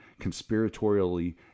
conspiratorially